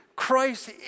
Christ